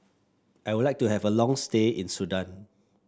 I would like to have a long stay in Sudan